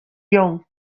jong